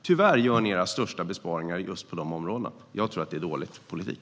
Tyvärr gör ni era största besparingar just på de områdena. Jag tror att det är en dålig politik.